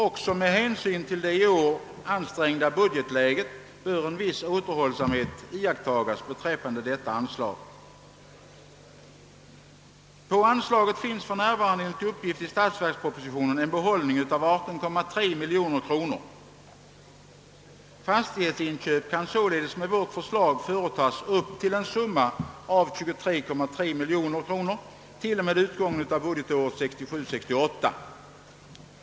Också med hänsyn till det i år ansträngda budgetläget bör en viss återhållsamhet iakttas beträffande detta anslag. På anslaget finns för närvarande enligt uppgift i statsverkspropositionen en behållning av 18,3 miljoner kronor. Fastighetsinköp kan således med vårt förslag företas upp till en summa av 23,3 miljoner kronor till och med utgången av budgetåret 1967/68.